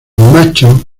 macho